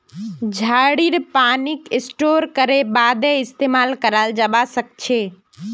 झड़ीर पानीक स्टोर करे बादे इस्तेमाल कराल जबा सखछे